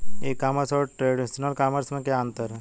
ई commerce और traditional commerce में क्या अंतर है?